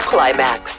Climax